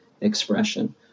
expression